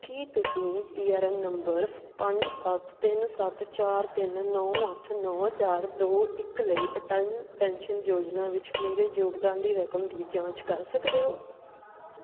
ਕੀ ਤੁਸੀਂ P R N number ਫ ਪੰਜ ਸੱਤ ਤਿੰਨ ਸੱਤ ਚਾਰ ਤਿੰਨ ਨੌ ਅੱਠ ਨੌ ਚਾਰ ਦੋ ਇੱਕ ਲਈ ਅਟਲ ਪੈਨਸ਼ਨ ਯੋਜਨਾ ਵਿੱਚ ਮੇਰੇ ਯੋਗਦਾਨ ਦੀ ਰਕਮ ਦੀ ਜਾਂਚ ਕਰ ਸਕਦੇ ਹੋ